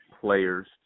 players